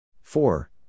Four